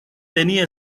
tenía